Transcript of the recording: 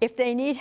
if they need